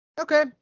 Okay